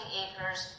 acres